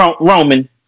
Roman